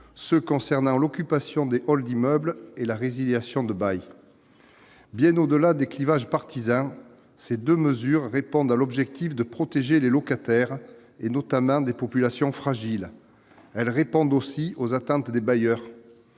ceux concernant l'occupation des halls d'immeubles sociaux et la résiliation de bail. Bien au-delà des clivages partisans, ces deux mesures répondent à l'objectif de protéger les locataires, et notamment, parmi eux, des populations fragiles. Elles répondent aussi aux attentes des bailleurs.